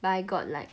but I got like